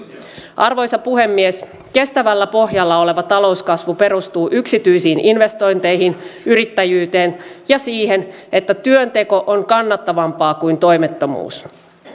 arvoisa puhemies kestävällä pohjalla oleva talouskasvu perustuu yksityisiin investointeihin yrittäjyyteen ja siihen että työnteko on kannattavampaa kuin toimettomuus